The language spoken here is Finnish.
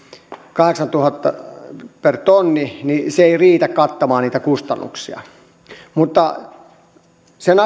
kahdeksantuhatta per tonni se ei riitä kattamaan niitä kustannuksia mutta sen